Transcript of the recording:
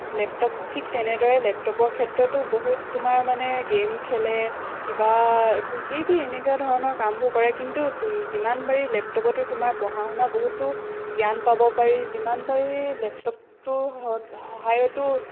laptop ঠিক তেনেদৰে লেপটপৰ ক্ষেত্ৰতো বহুত তোমাৰ মানে গেম খেলে কিবা এইবোৰ যি তি এনেকুৱা ধৰণৰ কামবোৰ কৰে কিন্তু যিমান পাৰি লেপটপতো তোমাৰ পঢ়া শুনা বহুতো জ্ঞান পাব পাৰি যিমান পাৰি লেপটপটোৰ স সহায়তো